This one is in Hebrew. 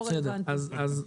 בסדר, אז נשפר.